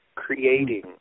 Creating